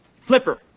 Flipper